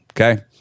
Okay